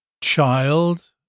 child